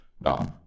No